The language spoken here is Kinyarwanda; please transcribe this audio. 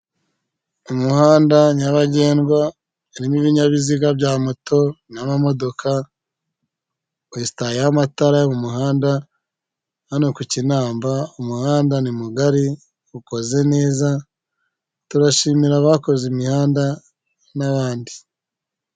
Umuhanda nyabagendwa urimo ibinyabiziga bya moto n'amamodoka wesitayejo amatara yo mu muhanda hano ku kinamba umuhanda ni mugari ukoze neza turashimira abakoze imihanda n'abandi.